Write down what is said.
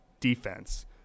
defense